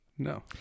No